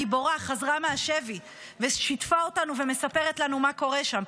גיבורה חזרה מהשבי ושיתפה אותנו ומספרת לנו מה קורה שם.